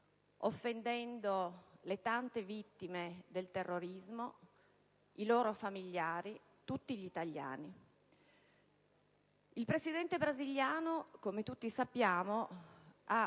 Paese, le tante vittime del terrorismo, i loro familiari e tutti gli italiani. Il Presidente brasiliano, come tutti sappiamo,